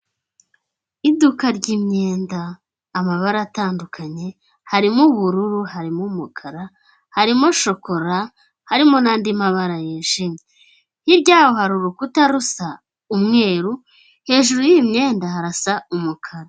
Iduka ry'imyenda amabara atandukanye harimo ubururu, harimo umukara, harimo shokora, harimo n'andi mabara yijimye. hirya yaho hari urukuta rusa umweru hejuru y'iy'imyenda harasa umukara.